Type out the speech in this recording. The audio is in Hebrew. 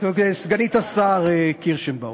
סגנית השר קירשנבאום.